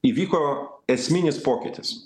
įvyko esminis pokytis